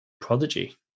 prodigy